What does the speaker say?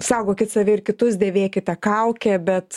saugokit save ir kitus dėvėkite kaukę bet